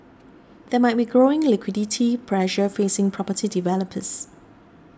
there might be growing liquidity pressure facing property developers